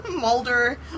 Mulder